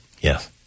Yes